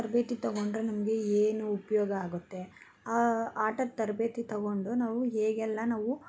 ಆ ತರಬೇತಿ ತಗೊಂಡ್ರೆ ನಮಗೆ ಏನು ಉಪಯೋಗ ಆಗುತ್ತೆ ಆ ಆಟದ ತರಬೇತಿ ತಗೊಂಡು ನಾವು ಹೇಗೆಲ್ಲ ನಾವು